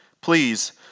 Please